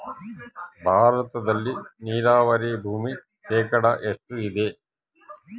ಭಾರತದಲ್ಲಿ ನೇರಾವರಿ ಭೂಮಿ ಶೇಕಡ ಎಷ್ಟು ಇದೆ?